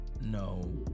No